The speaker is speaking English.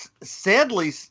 sadly